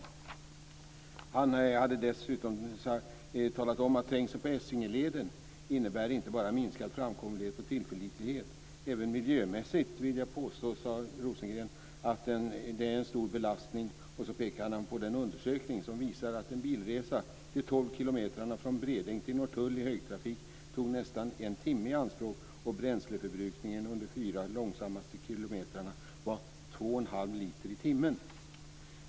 Rosengren sade dessutom: "Trängseln på Essingeleden innebär inte bara minskad framkomlighet och tillförlitlighet. Även miljömässigt vill jag påstå att den är en stor belastning". Så pekade han på den undersökning som visade att en bilresa de 12 kilometerna från Bredäng till Norrtull i högtrafik tog nästan en timme i anspråk och att bränsleförbrukningen under de fyra långsammaste kilometerna var 2 1⁄2 liter i timmen.